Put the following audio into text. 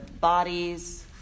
bodies